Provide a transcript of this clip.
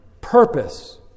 purpose